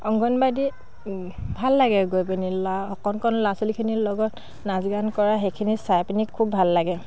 অংগনবাদী ভাল লাগে গৈ পিনি লা কণ কণ ল'ৰা ছোৱালীখিনিৰ লগত নাচ গান কৰা সেইখিনি চাই পিনি খুব ভাল লাগে